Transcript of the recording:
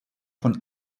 von